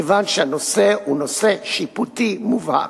כיוון שהנושא הוא שיפוטי מובהק.